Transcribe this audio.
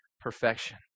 perfection